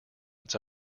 its